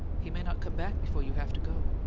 he may not come back before you have to go.